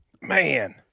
Man